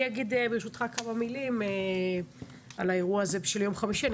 אגיד ברשותך כמה מילים על האירוע ביום חמישי,